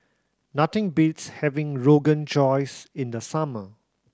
nothing beats having Rogan Josh in the summer